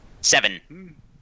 Seven